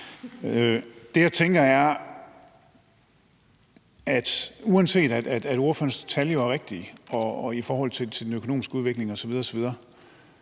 Det, jeg tænker er, at uanset at ordførerens tal er rigtige i forhold til den økonomiske udvikling osv.